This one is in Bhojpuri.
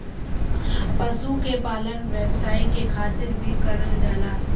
पशु के पालन व्यवसाय के खातिर भी करल जाला